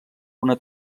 una